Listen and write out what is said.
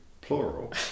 plural